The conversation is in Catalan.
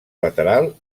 lateral